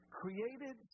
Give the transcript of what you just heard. created